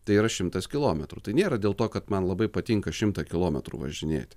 tai yra šimtas kilometrų tai nėra dėl to kad man labai patinka šimtą kilometrų važinėti